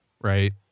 right